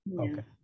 okay